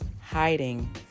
hiding